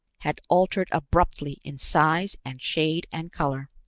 had altered abruptly in size and shade and color.